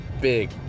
big